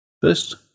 First